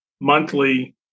monthly